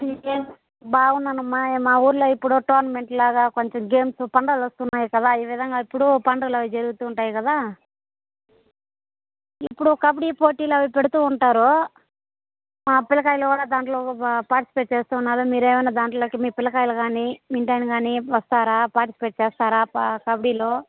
బాగున్నానమ్మ మా ఊర్లో ఇప్పుడు టోర్నమెంట్లాగా కొంచెం గేమ్స్ పండుగలు వస్తున్నాయి కదా ఈ విధంగా ఇప్పుడు పండుగలు అవి జరుగుతూ ఉంటాయి కదా ఇప్పుడు కబడ్డీ పోటీలు అవి పెడుతూ ఉంటారు మా పిల్లకాయలు కూడా దాంట్లో పార్టిసిపేట్ చేస్తున్నారు మీరు ఏమైనా దాంట్లోకి మీ పిల్లకాయలు కానీ మీ ఇంటాయన కానీ వస్తారా పార్టిసిపేట్ చేస్తారా కబడ్డీలో